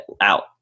out